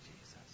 Jesus